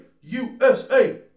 USA